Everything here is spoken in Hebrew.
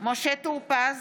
משה טור פז,